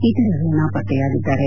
ಇತರರು ನಾಪತ್ತೆಯಾಗಿದ್ದಾರೆ